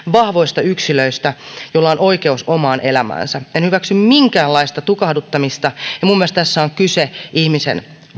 vahvoista yksilöistä joilla on oikeus omaan elämäänsä en hyväksy minkäänlaista tukahduttamista ja minun mielestäni tässä on kyse ihmisen